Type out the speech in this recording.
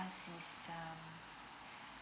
is um